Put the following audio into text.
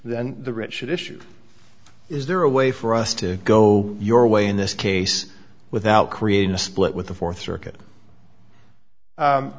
then the rich should issue is there a way for us to go your way in this case without creating a split with the fourth circuit